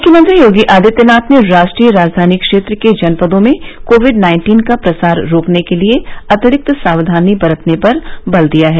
मुख्यमंत्री योगी आदित्यनाथ ने राष्ट्रीय राजधानी क्षेत्र के जनपरों में कोविड नाइन्टीन का प्रसार रोकने के लिए अतिरिक्त सावधानी बरतने पर बल दिया है